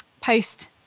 post